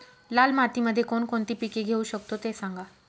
लाल मातीमध्ये कोणकोणती पिके घेऊ शकतो, ते सांगा